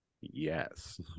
yes